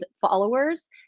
followers